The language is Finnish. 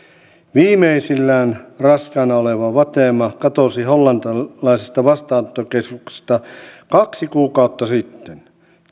viimeisillään raskaana oleva fatema katosi hollantilaisesta vastaanottokeskuksesta kaksi kuukautta sitten